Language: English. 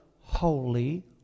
holy